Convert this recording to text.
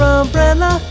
umbrella